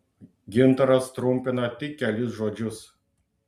gintaras trumpina tik kelis žodžius